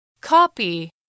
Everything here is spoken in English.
copy